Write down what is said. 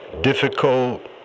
Difficult